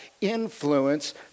influence